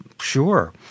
Sure